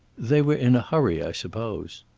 they were in a hurry, i suppose.